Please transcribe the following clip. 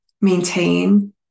maintain